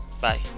bye